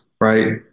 right